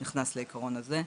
שנכנס לעקרון הזה..